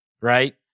right